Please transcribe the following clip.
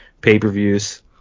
pay-per-views